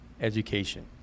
education